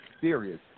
serious